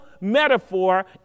metaphor